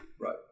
Right